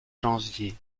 janvier